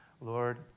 Lord